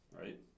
right